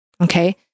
okay